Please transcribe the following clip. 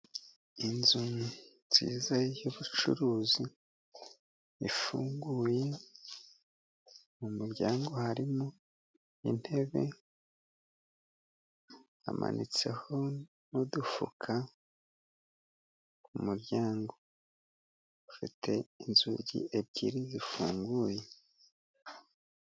Inzu nziza y'ubucuruzi ifunguye mu muryango harimo intebe, hamanitseho n'udufuka ku muryango ufite inzugi ebyiri zifunguye.